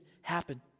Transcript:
happen